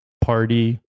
party